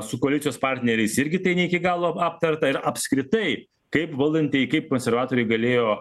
su koalicijos partneriais irgi tai ne iki galo aptarta ir apskritai kaip valdantieji kaip konservatoriai galėjo